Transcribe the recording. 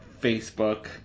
Facebook